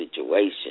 situation